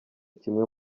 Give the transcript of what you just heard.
kimwe